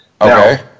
Okay